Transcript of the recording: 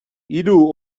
hiru